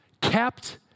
kept